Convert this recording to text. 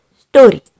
story